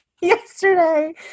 yesterday